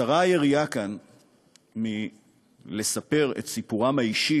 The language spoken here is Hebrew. קצרה היריעה כאן מלספר את סיפורם האישי